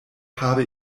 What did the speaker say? habe